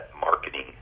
marketing